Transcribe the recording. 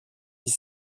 dix